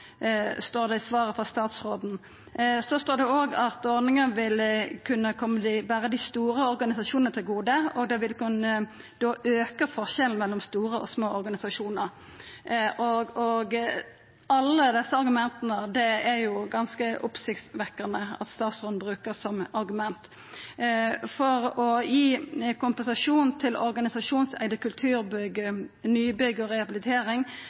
står det i svaret frå statsråden. Det står òg at ordninga vil koma berre dei store organisasjonane til gode, og det vil da kunne auka forskjellen mellom store og små organisasjonar. Det er ganske oppsiktsvekkjande at statsråden bruker alle desse argumenta. Å gi kompensasjon til organisasjonseigde kulturbygg, nybygg og rehabilitering